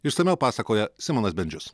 išsamiau pasakoja simonas bendžius